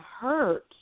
hurt